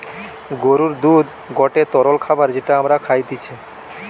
গরুর দুধ গটে তরল খাবার যেটা আমরা খাইতিছে